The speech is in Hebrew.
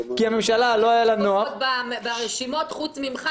כי הממשלה לא היה לה נוח ------ ברשימות חוץ ממך